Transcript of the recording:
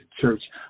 church